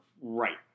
right